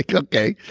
like okay.